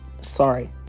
sorry